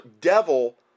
devil